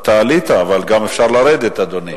אתה עלית, אבל גם אפשר לרדת, אדוני.